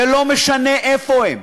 ולא משנה איפה הם.